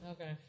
Okay